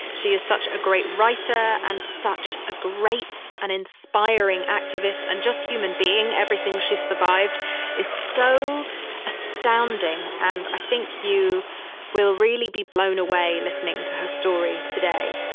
she is such a great writer and such a great and inspiring activist and just human being. everything she survived is so astounding. and i think you will really be blown away listening to her story today.